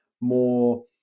more